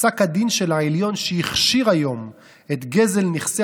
פסק הדין של העליון שהכשיר היום את גזל נכסי